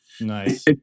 Nice